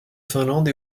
finlande